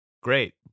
Great